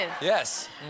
Yes